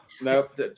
Nope